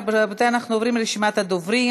רבותי, אנחנו עוברים לרשימת הדוברים.